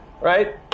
Right